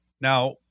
Now